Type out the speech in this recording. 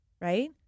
Right